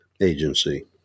agency